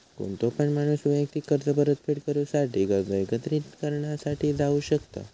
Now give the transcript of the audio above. कोणतो पण माणूस वैयक्तिक कर्ज परतफेड करूसाठी कर्ज एकत्रिकरणा साठी जाऊ शकता